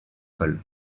col